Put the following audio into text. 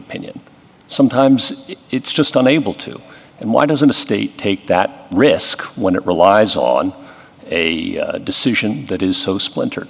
opinion sometimes it's just unable to and why doesn't the state take that risk when it relies on a decision that is so splinter